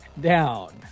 down